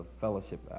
fellowship